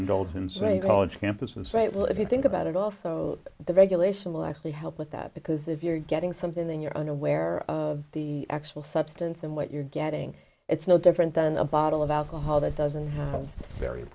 indulgence a college campus and say well if you think about it also the regulation will actually help with that because if you're getting something then you're unaware of the actual substance and what you're getting it's no different than a bottle of alcohol that doesn't